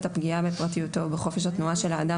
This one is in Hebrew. הפגיעה בפרטיותו ובחופש התנועה של האדם